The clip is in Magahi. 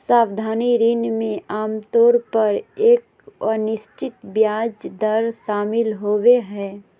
सावधि ऋण में आमतौर पर एक अनिश्चित ब्याज दर शामिल होबो हइ